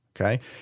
okay